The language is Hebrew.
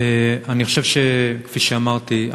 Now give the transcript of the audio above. כפי שאמרתי,